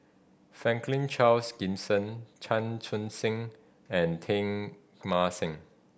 Franklin Charles Gimson Chan Chun Sing and Teng Mah Seng